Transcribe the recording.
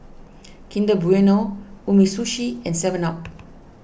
Kinder Bueno Umisushi and Seven Up